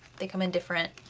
they come in different,